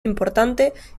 importante